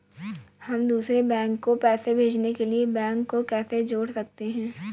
हम दूसरे बैंक को पैसे भेजने के लिए बैंक को कैसे जोड़ सकते हैं?